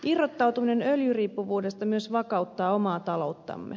irrottautuminen öljyriippuvuudesta myös vakauttaa omaa talouttamme